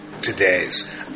today's